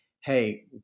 Hey